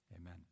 Amen